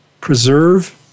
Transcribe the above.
Preserve